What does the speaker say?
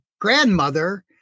grandmother